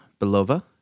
Belova